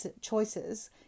choices